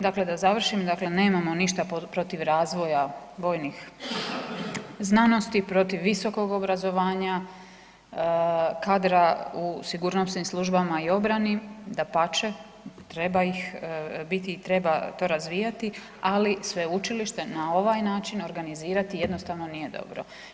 Dakle da završim, dakle nemamo ništa protiv razvoja vojnih znanosti, protiv visokog obrazovanja, kadra u sigurnosnim službama i obrani, dapače, treba ih biti i treba to razvijati ali sveučilište na ovaj način organizirati jednostavno nije dobro.